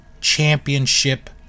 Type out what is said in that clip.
championship